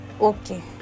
okay